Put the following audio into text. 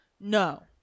No